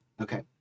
Okay